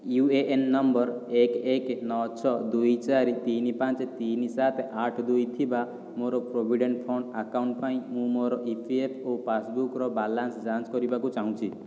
you A N number ଏକ ଏକ ନଅ ଛଅ ଦୁଇ ଚାରି ତିନି ପାଞ୍ଚ ତିନି ସାତ ଆଠ ଦୁଇ ଥିବା ମୋର ପ୍ରୋଭିଡେଣ୍ଟ୍ ଫଣ୍ଡ୍ ଆକାଉଣ୍ଟ୍ ପାଇଁ ମୁଁ ମୋର ଇ ପି ଏଫ୍ ଓ ପାସ୍ବୁକ୍ର ବାଲାନ୍ସ ଯାଞ୍ଚ୍ କରିବାକୁ ଚାହୁଁଛି